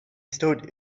stood